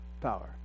Power